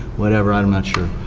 whatever, i'm not sure,